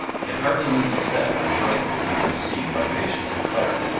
it hardly need be said how joyfully he was received by patience and clara.